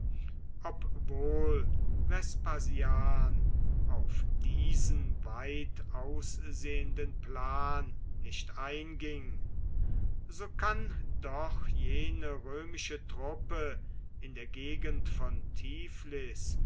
obwohl vespasian auf diesen weitaussehenden plan nicht einging so kann doch jene römische truppe in der gegend von